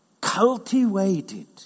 cultivated